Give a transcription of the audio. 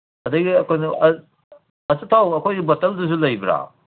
ꯑꯗꯒꯤ ꯀꯩꯅꯣ ꯑꯆꯊꯥꯎ ꯑꯩꯈꯣꯏꯒꯤ ꯕꯣꯇꯜꯗꯨꯁꯨ ꯂꯩꯕ꯭ꯔꯥ